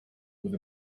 with